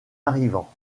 arrivant